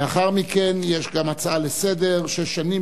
לאחר מכן יש גם הצעה לסדר-היום: שש שנים